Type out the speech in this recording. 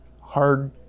hard